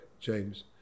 James